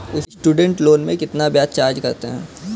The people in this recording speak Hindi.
स्टूडेंट लोन में कितना ब्याज चार्ज करते हैं?